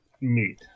meat